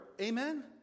Amen